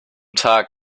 tag